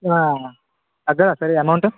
ఎంత వస్తుంది అమౌంటు